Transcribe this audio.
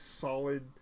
solid